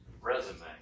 Resume